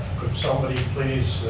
could somebody please,